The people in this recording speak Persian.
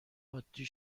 عادی